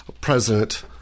president